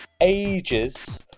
ages